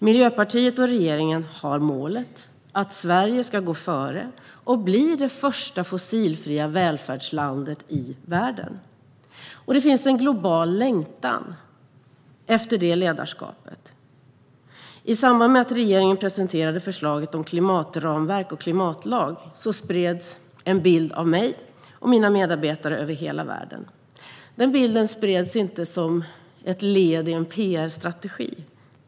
Miljöpartiet och regeringen har målet att Sverige ska gå före och bli det första fossilfria välfärdslandet i världen. Det finns en global längtan efter detta ledarskap. I samband med att regeringen presenterade förslaget om klimatramverk och klimatlag spreds en bild av mig och mina medarbetare över hela världen. Denna bild spreds inte som ett led i en pr-strategi.